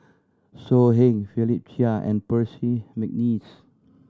So Heng Philip Chia and Percy McNeice